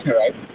right